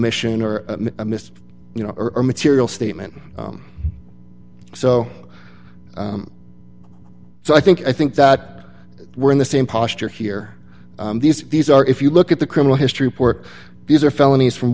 omission or a missed you know or material statement so so i think i think that we're in the same posture here these these are if you look at the criminal history pork these are felonies from